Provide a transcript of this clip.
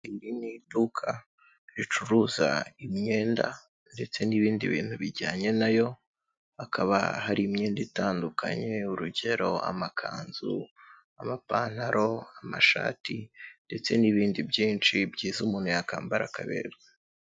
Iri ni iduka ricuruza imyenda ndetse n'ibindi bintu bijyanye nayo, hakaba hari imyenda itandukanye urugero amakanzu, amapantaro, amashati ndetse n'ibindi byinshi byiza umuntu yakambara akaberwa.